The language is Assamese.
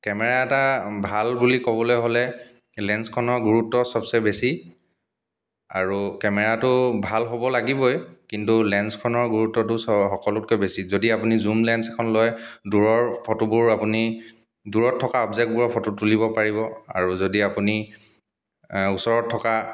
কেমেৰা এটা ভাল বুলি ক'বলৈ হ'লে লেঞ্চখনৰ গুৰুত্ব সবচে বেছি আৰু কেমেৰাটো ভাল হ'ব লাগিবই কিন্তু লেঞ্চখনৰ গুৰুত্বটো চ সকলোতকৈ বেছি যদি আপুনি জুম লেঞ্চখন লয় দূৰৰ ফটোবোৰ আপুনি দূৰত থকা অবজেক্টবোৰ ফটো তুলিব পাৰি আৰু যদি আপুনি ওচৰত থকা